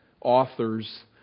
authors